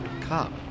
Cop